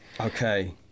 Okay